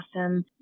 awesome